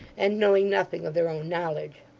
and knowing nothing of their own knowledge.